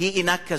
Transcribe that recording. היא אינה כזאת.